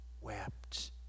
wept